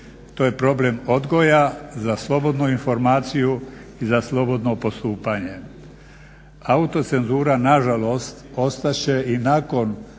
To je problem odgoja za slobodnu informaciju i za slobodno postupanje. Autocenzura nažalost ostat će i nakon